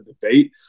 debate